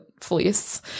fleece